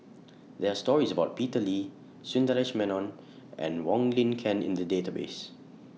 There Are stories about Peter Lee Sundaresh Menon and Wong Lin Ken in The Database